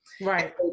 Right